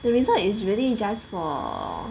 the resort is really just for